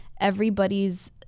everybody's